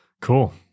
Cool